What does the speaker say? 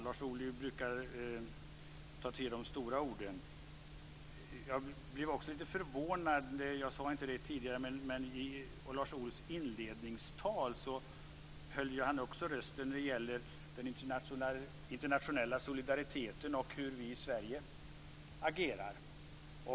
Lars Ohly brukar ta till de stora orden. Jag blev lite förvånad, även om jag inte sade det tidigare, när Lars Ohly i sitt inledningstal höjde rösten när det gällde den internationella solidariteten och hur vi i Sverige agerar.